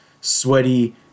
sweaty